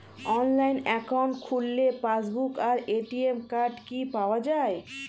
Online account খুললে passbook আর ATM card কি পাওয়া যায়?